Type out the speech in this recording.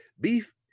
beef